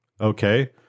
okay